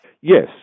Yes